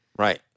Right